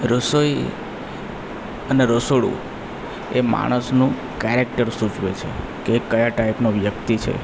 રસોઈ અને રસોડું એ માણસનું કેરેક્ટર સૂચવે છે કે કયા ટાઈપનો વ્યક્તિ છે